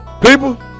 People